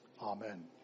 amen